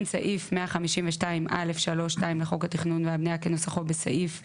סעיף 152(א)(3)(2) לחוק התכנון והבנייה כנוסחו בסעיף 89(16)